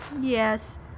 Yes